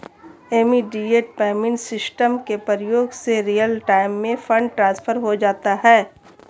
immediate payment system के प्रयोग से रियल टाइम में फंड ट्रांसफर हो जाता है